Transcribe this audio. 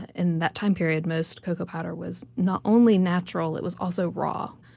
in that time period, most cocoa powder was not only natural, it was also raw.